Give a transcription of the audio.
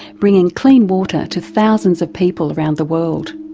bringing clean water to thousands of people around the world.